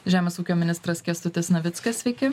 žemės ūkio ministras kęstutis navickas sveiki